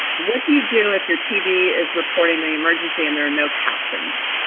what do you do if your tv is reporting the emergency and there are no captions?